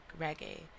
reggae